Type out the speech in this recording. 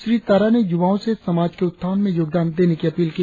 श्री तारा ने युवाओ से समाज के उत्थान में योगदान देने की अपील की